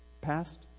past